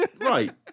Right